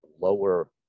lower